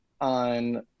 on